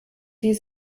sie